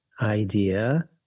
idea